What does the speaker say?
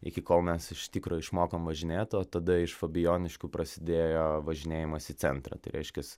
iki kol mes iš tikro išmokom važinėt o tada iš fabijoniškių prasidėjo važinėjimas į centrą tai reiškias